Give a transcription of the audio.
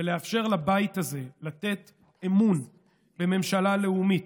ולאפשר לבית הזה לתת אמון בממשלה לאומית,